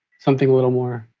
something a little more